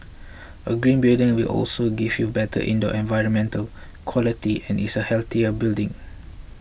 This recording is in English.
a green building will also give you better indoor environmental quality and is a healthier building